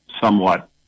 somewhat